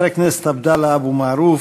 חבר הכנסת עבדאללה אבו מערוף,